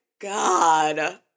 god